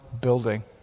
building